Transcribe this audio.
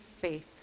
faith